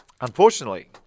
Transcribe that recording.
Unfortunately